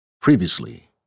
Previously